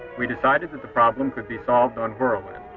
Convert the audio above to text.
we decided that the problem could be solved on whirlwind.